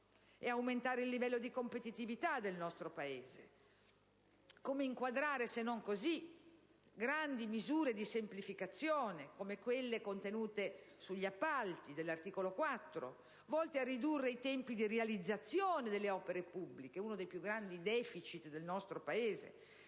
ad aumentare il livello di competitività del nostro Paese. Come inquadrare, se non così, le grandi misure di semplificazione, come quelle in tema di appalti, di cui all'articolo 4, volte a ridurre tempi di realizzazione delle opere pubbliche (uno dei più grandi deficit del nostro Paese)